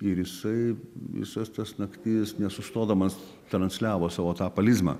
ir jisai visas tas naktis nesustodamas transliavo savo tą palizmą